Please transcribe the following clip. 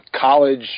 college